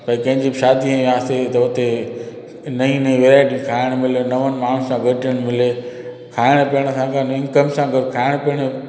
भई कंहिंजी बि शादीअ में वियासीं त हुते नईं नईं वैराइटियूं खाइण मिले नवनि माण्हुनि सां गॾिजण मिले खाइण पीअण खां गॾु इनकम सां गॾु खाइणु पीअण जो